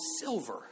silver